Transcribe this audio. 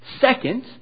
Second